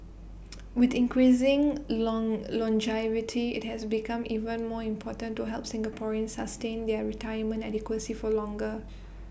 with increasing long longevity IT has become even more important to help Singaporeans sustain their retirement adequacy for longer